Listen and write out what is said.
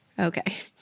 Okay